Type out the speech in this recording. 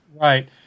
Right